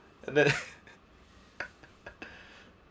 and then